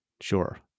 Sure